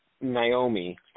Naomi